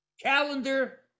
calendar